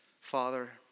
Father